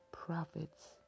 Prophets